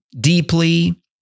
deeply